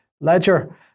ledger